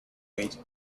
wait